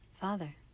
Father